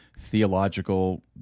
theological